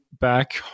back